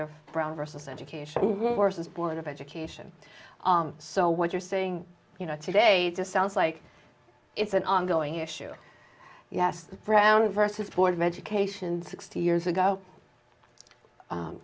of brown versus education forces board of education so what you're saying you know today to sounds like it's an ongoing issue yes the brown versus board of education sixty years ago